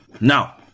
Now